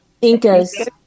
Incas